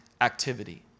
activity